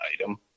item